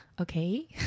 Okay